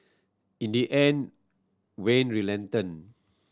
in the end Wayne relented